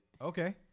Okay